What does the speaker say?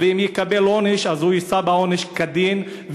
ואם יקבל עונש אז הוא יישא בעונש כדין,